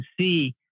see